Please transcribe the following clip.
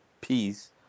peace